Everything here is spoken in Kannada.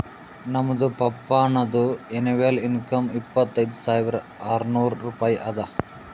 ನಮ್ದು ಪಪ್ಪಾನದು ಎನಿವಲ್ ಇನ್ಕಮ್ ಇಪ್ಪತೈದ್ ಸಾವಿರಾ ಆರ್ನೂರ್ ರೂಪಾಯಿ ಅದಾ